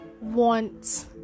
want